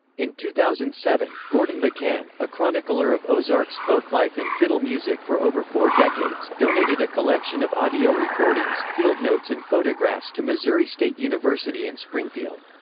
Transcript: in two thousand and seven, gordon mccann, a chronicler of ozarks folklife and fiddle music for over four decades, donated a collection of audio recordings, fieldnotes and photographs to missouri state university in springfield.